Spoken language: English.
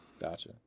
gotcha